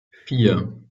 vier